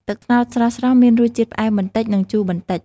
ទឹកត្នោតស្រស់ៗមានរសជាតិផ្អែមបន្តិច និងជូរបន្តិច។